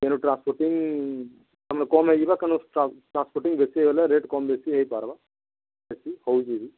ତେଣୁ ଟ୍ରାନ୍ସପୋର୍ଟିଙ୍ଗ୍ ଆମେ କମ୍ ହୋଇଯିବା କିନ୍ତୁ ଟ୍ରାନ୍ସପୋଟିଙ୍ଗ ବେଶୀ ହେଲେ ରେଟ୍ କମ୍ ବେଶୀ ହୋଇ ପାରିବା ବେଶୀ ହଉଛି